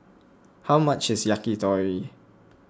how much is Yakitori